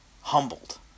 humbled